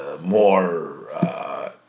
more